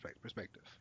perspective